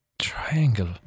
Triangle